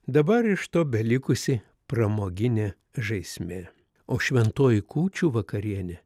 dabar iš to belikusi pramoginė žaismė o šventoji kūčių vakarienė